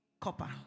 copper